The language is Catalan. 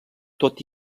tot